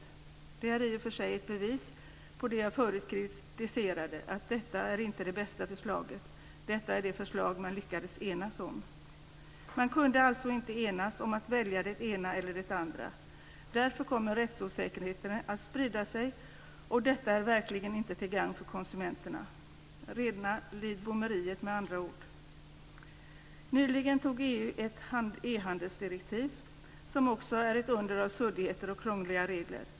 Detta är i och för sig ett bevis på det som jag förut kritiserade - det här är inte det bästa förslaget, utan det här är det förslag som man lyckades ena sig om. Man kunde alltså inte enas om att välja det ena eller det andra. Därför kommer rättsosäkerheten att sprida sig och det är verkligen inte till gagn för konsumenterna - rena Lidbomeriet med andra ord. Nyligen antog EU ett e-handelsdirektiv som också är ett under av suddigheter och krångliga regler.